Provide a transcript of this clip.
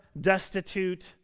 destitute